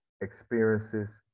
experiences